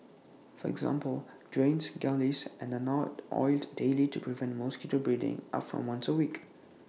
for example drains gullies and are now oiled daily to prevent mosquito breeding up from once A week